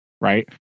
right